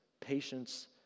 patience